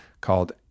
called